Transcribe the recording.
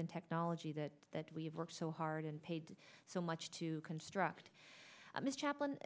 and technology that that we have worked so hard and paid so much to construct this chaplain